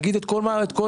להגיד את כל מה שקורה?